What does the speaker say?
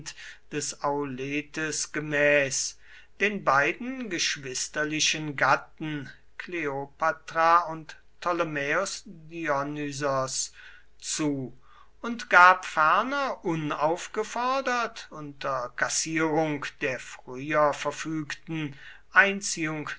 des auletes gemäß den beiden geschwisterlichen gatten kleopatra und ptolemaeos dionysos zu und gab ferner unaufgefordert unter kassierung der früher verfügten einziehung